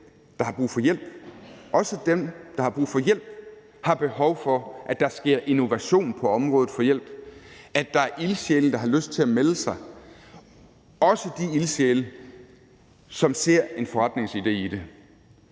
der har brug for hjælp. Også dem, der har brug for hjælp, har behov for, at der sker innovation på området for hjælp, og at der er ildsjæle, der har lyst til at melde sig, også de ildsjæle, som ser en forretningsidé i det.